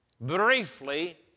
briefly